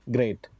Great